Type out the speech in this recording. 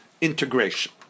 integration